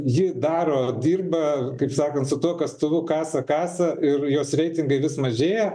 ji daro dirba kaip sakan su tuo kastuvu kasa kasa ir jos reitingai vis mažėja